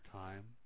time